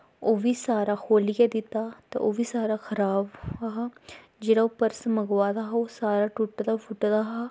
ओह् बी सारा खोलियै दित्ता ते ओह् बी सारा खराब हा जेह्ड़ा ओह् पर्स मंवाए दा हा ओह् सारा टुट्टे फुट्टे दा हा